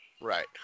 Right